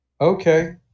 Okay